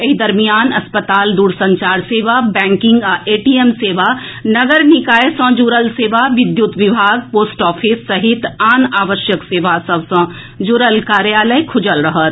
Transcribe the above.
एहि दरमियान अस्पताल दूरसंचार सेवा बैंकिंग आ एटीएम सेवा नगर निकाय सँ जुड़ल सेवा विद्युत विभाग पोस्ट ऑफिस सहित आन आवश्यक सेवा सभ सँ जुड़ल कार्यालय खुजल रहत